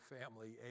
family